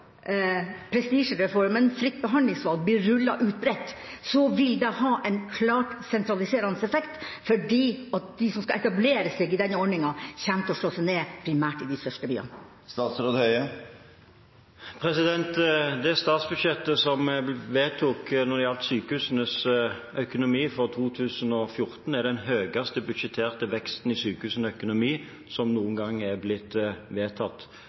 Fritt behandlingsvalg blir rullet ut bredt, så vil det ha en klart sentraliserende effekt, for de som skal etablere seg i denne ordninga, kommer primært til å slå seg ned i de største byene. Når det gjelder sykehusenes økonomi, hadde det statsbudsjettet som ble vedtatt for 2014, den høyeste budsjetterte veksten i sykehusenes økonomi som noen gang er blitt vedtatt.